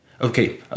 okay